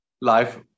life